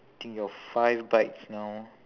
eating your five bites now